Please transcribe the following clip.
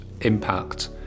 impact